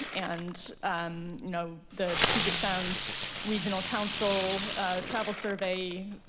and you know the puget sound regional council travel survey